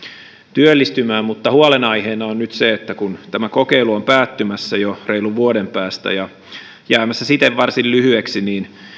työllistymään mutta huolenaiheena on nyt se että kun tämä kokeilu on päättymässä jo reilun vuoden päästä ja jäämässä siten varsin lyhyeksi niin